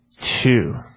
Two